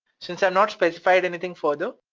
since i've not specified anything further,